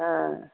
हाँ